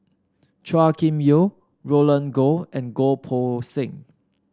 Chua Kim Yeow Roland Goh and Goh Poh Seng